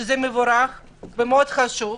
וזה מבורך ומאוד חשוב,